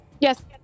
Yes